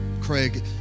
Craig